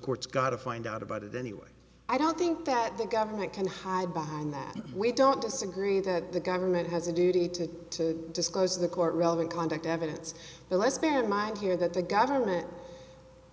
court's got to find out about it anyway i don't think that the government can hide behind that we don't disagree that the government has a duty to disclose the court relevant conduct evidence unless parent might hear that the government